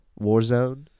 Warzone